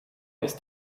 ist